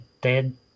dead